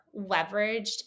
leveraged